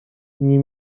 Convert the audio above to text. nie